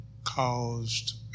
caused